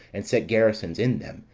and set garrisons in them,